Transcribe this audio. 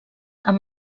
amb